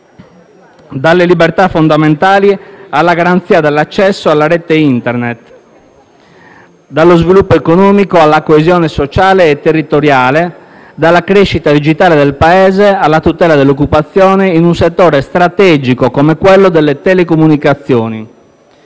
dalle libertà fondamentali alla garanzia dell'accesso alla rete Internet; dallo sviluppo economico alla coesione sociale e territoriale; dalla crescita digitale del Paese alla tutela dell'occupazione in un settore strategico come quello delle telecomunicazioni.